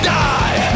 die